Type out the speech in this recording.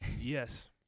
Yes